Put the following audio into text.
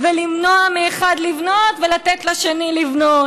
למנוע מאחד לבנות ולתת לשני לבנות?